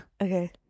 Okay